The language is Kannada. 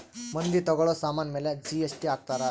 ಮಂದಿ ತಗೋಳೋ ಸಾಮನ್ ಮೇಲೆ ಜಿ.ಎಸ್.ಟಿ ಹಾಕ್ತಾರ್